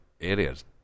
areas